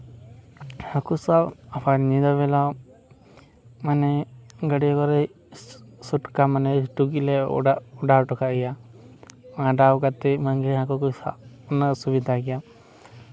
ᱦᱟᱹᱠᱩ ᱥᱟᱵ ᱧᱤᱫᱟᱹ ᱵᱮᱞᱟ ᱢᱟᱱᱮ ᱜᱟᱹᱰᱤ ᱵᱟᱹᱨᱤᱡᱽ ᱥᱩᱴ ᱠᱟ ᱢᱟᱹᱱᱤᱡ ᱰᱩᱜᱤ ᱞᱮ ᱚᱸᱰᱟᱣ ᱦᱚᱴᱚ ᱠᱟᱜᱼᱟ ᱜᱮᱭᱟ ᱚᱸᱰᱟᱣ ᱠᱟᱛᱮ ᱢᱟᱹᱜᱽᱨᱤ ᱦᱟᱹᱠᱩ ᱠᱚ ᱥᱟᱵ ᱚᱱᱟ ᱥᱩᱵᱤᱫᱟ ᱜᱮᱭᱟ